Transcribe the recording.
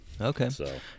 Okay